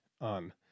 on